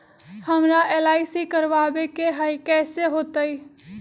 हमरा एल.आई.सी करवावे के हई कैसे होतई?